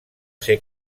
ser